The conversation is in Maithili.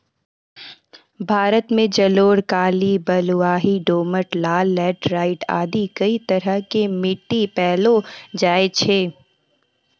भारत मॅ जलोढ़, काली, बलुआही, दोमट, लाल, लैटराइट आदि कई तरह के मिट्टी पैलो जाय छै